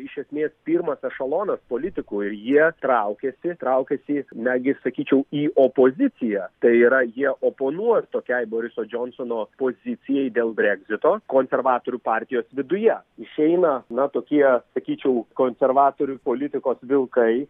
iš esmės pirmas ešelonas politikų ir jie traukiasi traukiasi netgi sakyčiau į opoziciją tai yra jie oponuos tokiai boriso džonsono pozicijai dėl breksito konservatorių partijos viduje išeina na tokie sakyčiau konservatorių politikos vilkai